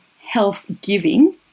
health-giving